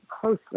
closely